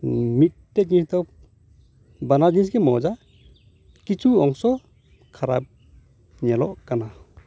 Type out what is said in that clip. ᱢᱤᱫᱴᱮᱱ ᱡᱤᱱᱤᱥᱫᱚ ᱵᱟᱱᱟᱨ ᱡᱤᱱᱤᱥ ᱜᱮ ᱢᱚᱡᱟ ᱠᱤᱪᱷᱩ ᱚᱝᱥᱚ ᱠᱷᱟᱨᱟᱯ ᱧᱮᱞᱚᱜ ᱠᱟᱱᱟ